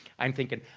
i'm thinking,